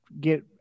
get